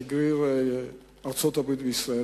שגריר ארצות-הברית בישראל,